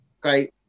great